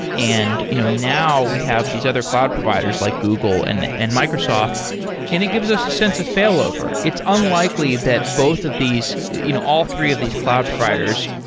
and you know now we have these other cloud providers like google and and microsoft and it gives us a sense of failover. it's unlikely that both of these you know all three of these cloud providers,